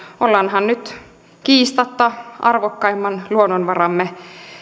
ollaanhan nyt tekemisissä kiistatta arvokkaimman luonnonvaramme